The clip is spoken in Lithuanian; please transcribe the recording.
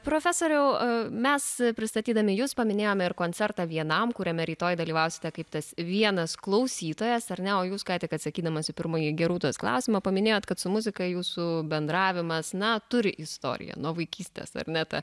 profesoriau mes pristatydami jus paminėjome ir koncertą vienam kuriame rytoj dalyvausite kaip tas vienas klausytojas ar ne o jūs ką tik atsakydamas į pirmąjį gerūtos klausimą paminėjot kad su muzika jūsų bendravimas na turi istoriją nuo vaikystės ar ne ta